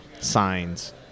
signs